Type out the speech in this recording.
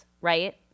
right